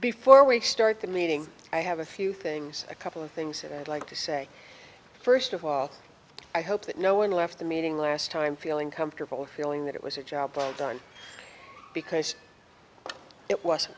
before we start the meeting i have a few things a couple of things and i'd like to say first of all i hope that no one left the meeting last time feeling comfortable feeling that it was a job well done because it wasn't